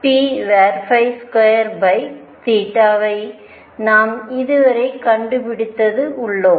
ஐ நாம் இதுவரை கண்டுபிடித்தது உள்ளோம்